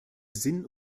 sinn